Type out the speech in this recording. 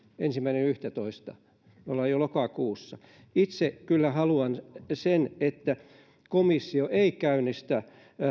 ensimmäinen yhdettätoista ollaan jo lokakuussa itse kyllä haluan että komissio ei käynnistä